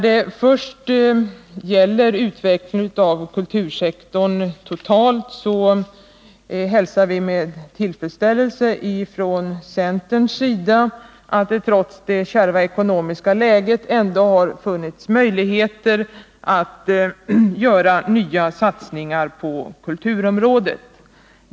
Först, när det gäller utvecklingen av kultursektorn totalt, hälsar vi från centerns sida med tillfredsställelse att det trots det kärva ekonomiska läget ändå har funnits möjligheter att göra nya satsningar på kulturområdet.